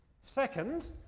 Second